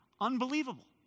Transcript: Unbelievable